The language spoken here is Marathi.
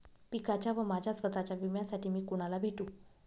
पिकाच्या व माझ्या स्वत:च्या विम्यासाठी मी कुणाला भेटू?